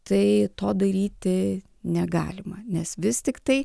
tai to daryti negalima nes vis tiktai